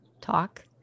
talk